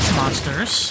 monsters